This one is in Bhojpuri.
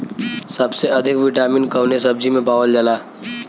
सबसे अधिक विटामिन कवने सब्जी में पावल जाला?